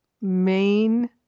main